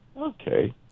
Okay